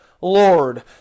Lord